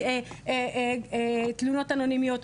קיוויתי תלונות אנונימיות.